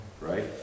Right